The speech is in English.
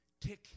tick